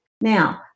Now